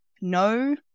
No